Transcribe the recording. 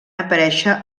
aparèixer